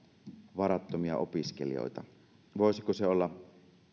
varattomia opiskelijoita voisiko se olla